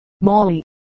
Molly